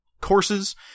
courses